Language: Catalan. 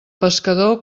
pescador